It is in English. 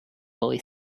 boy